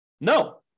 No